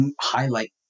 highlight